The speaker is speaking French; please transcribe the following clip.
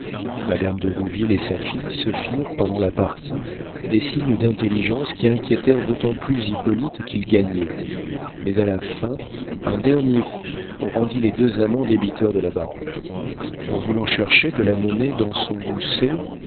de rouville et sa fille se firent pendant la partie des signes d'intelligence qui inquiétèrent d'autant plus hippolyte qu'il gagnait mais à la fin un dernier coup rendit les deux amants débiteurs de la baronne en voulant chercher de la monnaie dans son gousset